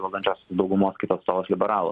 valdančiosios daugumos kitas atstovas liberalų